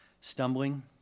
stumbling